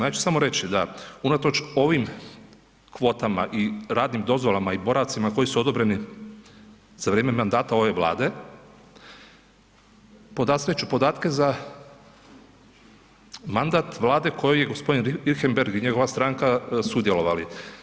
Ja ću samo reći da unatoč ovim kvotama i radnim dozvolama i boravcima koji su odobreni za vrijeme mandata ove Vlade, podastrijet ću podatke za mandat vlade kojoj je gospodin Richembergh i njegova stranka sudjelovali.